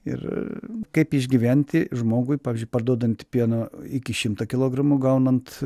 ir kaip išgyventi žmogui pavyzdžiui parduodant pieno iki šimto kilogramų gaunant